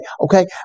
okay